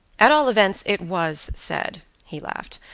at all events it was said, he laughed,